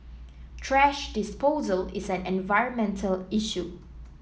thrash disposal is an environmental issue